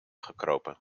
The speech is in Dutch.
gekropen